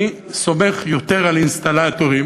אני סומך יותר על אינסטלטורים,